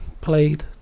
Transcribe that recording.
played